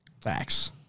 Facts